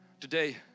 Today